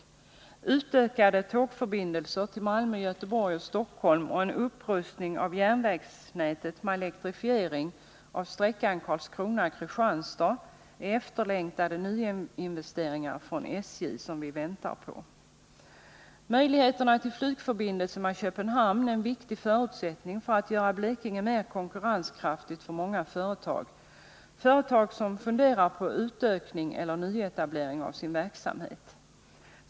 En utökning av tågturerna till Malmö, Göteborg och Stockholm samt en upprustning av järnvägsnätet med elektrifiering av sträckan Karlskrona-Kristianstad är efterlängtade nyinvesteringar som man väntar på att SJ skall göra. Möjligheterna till flygförbindelse med Köpenhamn är en viktig förutsättning när det gäller att göra Blekinge mer konkurrenskraftigt för många företag som funderar på utökning eller nyetablering av sin verksamhet.